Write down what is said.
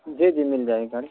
جی جی مل جائے گی گاڑی